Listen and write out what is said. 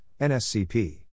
NSCP